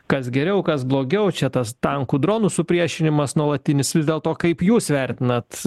kas geriau kas blogiau čia tas tankų dronų supriešinimas nuolatinis vis dėl to kaip jūs vertinat